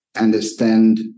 understand